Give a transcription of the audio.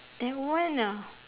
that one ah